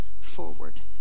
forward